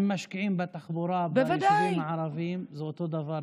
אם משקיעים בתחבורה ביישובים הערביים זה אותו דבר,